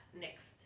next